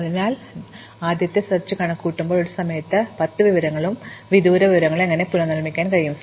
അതിനാൽ നിങ്ങൾ ആദ്യത്തെ തിരയൽ കണക്കുകൂട്ടുമ്പോൾ ഒരേ സമയം പാത്ത് വിവരങ്ങളും വിദൂര വിവരങ്ങളും എങ്ങനെ പുനർനിർമ്മിക്കാൻ കഴിയും